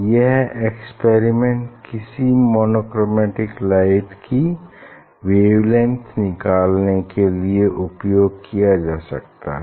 यह एक्सपेरिमेंट किसी monochromatic light की वेवलेंग्थ निकालने के लिए उपयोग किया जा सकता है